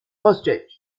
hostage